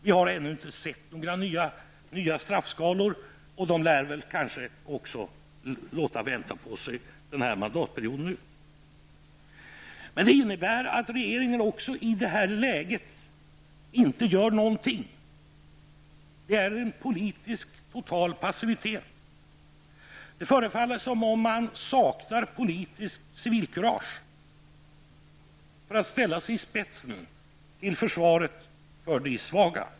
Vi har ännu inte sett några nya straffskalor, och de lär också låta vänta på sig denna mandatperiod ut. Men detta innebär att regeringen också i detta läge inte gör någonting. Det är en total politisk passivitet. Det förefaller som om man saknar politiskt civilkurage för att ställa sig i spetsen i försvaret för de svaga.